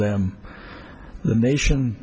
them the nation